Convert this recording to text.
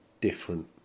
different